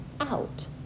out